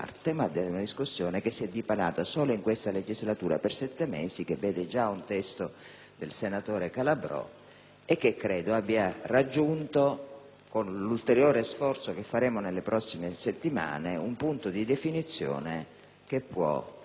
e che ha raggiunto, con l'ulteriore sforzo che compiremo nelle prossime settimane, un punto di definizione che può soddisfare le forze di maggioranza e di opposizione.